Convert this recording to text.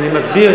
אני מסביר,